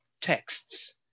texts